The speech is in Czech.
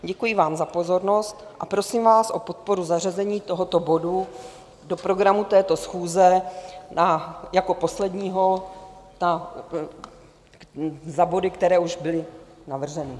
Děkuji vám za pozornost a prosím vás o podporu zařazení tohoto bodu do programu této schůze jako posledního za body, které už byly navrženy.